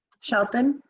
shelton?